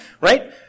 Right